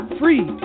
free